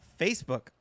Facebook